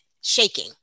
shaking